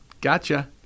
gotcha